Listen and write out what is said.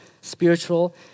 spiritual